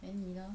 then 妳呢